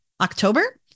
October